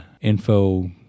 info